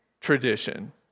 tradition